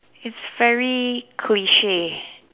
it's very cliche